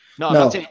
No